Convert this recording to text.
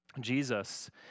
Jesus